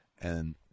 and-